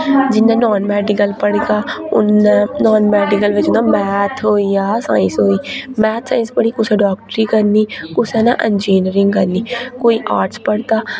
जि'यां non medical पढ़े दा हून नान मेडिकल बेच्च ना मैथ होई गेआ साइंस होई गेई मैथ साइंस पढ़़ी कुसै डॉक्टरी करनी कुसा नै इंजीनियरिंग कोई आर्ट्स पढ़दा